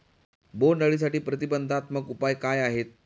बोंडअळीसाठी प्रतिबंधात्मक उपाय काय आहेत?